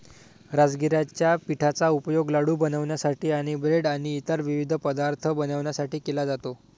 राजगिराच्या पिठाचा उपयोग लाडू बनवण्यासाठी आणि ब्रेड आणि इतर विविध पदार्थ बनवण्यासाठी केला जातो